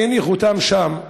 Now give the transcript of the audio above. והניחו אותם שם.